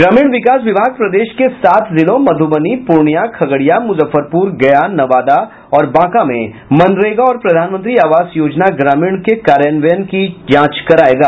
ग्रामीण विकास विभाग प्रदेश के सात जिलों मधुबनी पूर्णिया खगड़िया मूजफ्फरपूर गया नवादा और बांका में मनरेगा और प्रधानमंत्री आवास योजना ग्रामीण के कार्यान्वयन की जांच करायेगा